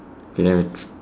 okay then we